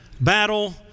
battle